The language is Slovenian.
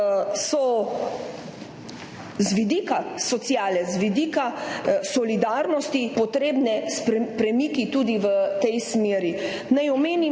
so z vidika sociale, z vidika solidarnosti potrebni premiki tudi v tej smeri. Naj omenim,